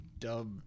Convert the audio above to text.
dub